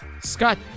Scott